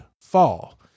fall